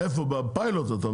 אתה מדבר על הפיילוט.